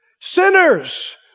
Sinners